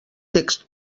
text